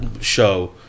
show